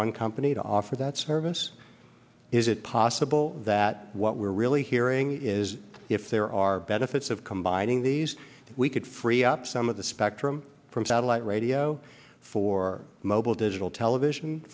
one company to offer that service is it possible that what we're really hearing is if there are benefits of combining these we could free up some of the spectrum from satellite radio for mobile digital television